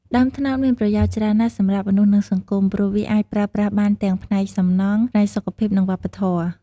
ដើមត្នោតមានប្រយោជន៍ច្រើនណាស់សម្រាប់មនុស្ស និងសង្គម ព្រោះវាអាចប្រើប្រាស់បានទាំងផ្នែកសំណង់ ផ្នែកសុខភាព និងវប្បធម៌។